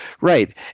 right